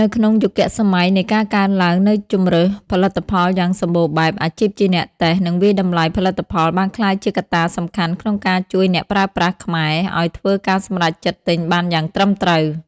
នៅក្នុងយុគសម័យនៃការកើនឡើងនូវជម្រើសផលិតផលយ៉ាងសម្បូរបែប អាជីពជាអ្នកតេស្ត និងវាយតម្លៃផលិតផលបានក្លាយជាកត្តាសំខាន់ក្នុងការជួយអ្នកប្រើប្រាស់ខ្មែរឱ្យធ្វើការសម្រេចចិត្តទិញបានយ៉ាងត្រឹមត្រូវ។